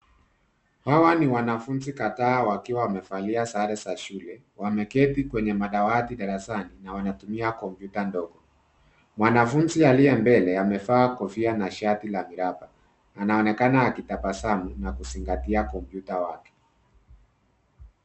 Hawa ni wanafunzi kadhaa wakiwa wamevalia sare za shule. Wameketi kwenye madawati darasani na wanatumia kompyuta ndogo. Mwanafunzi aliye mbele amevaa kofia na shati la miraba. Anaonekana akitabasamu na kuzingatia kompyuta yake.